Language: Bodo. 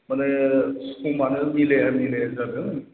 माने समानो मिलाया मिलाया जादों